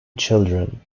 children